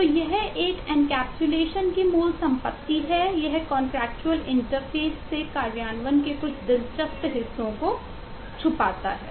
तो यह एक एनकैप्सुलेशन से कार्यान्वयन के कुछ दिलचस्प हिस्सों को छुपाता है